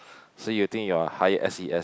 so you think you're high S_E_S